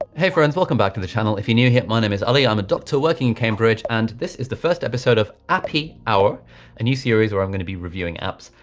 hey friends, welcome back to the channel. if your new here, my name is ali. i'm a doctor working in cambridge, and this is the first episode of appy hour and new series where i'm gonna be reviewing apps.